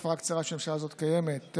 בתקופה הקצרה שהממשלה הזאת קיימת,